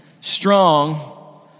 strong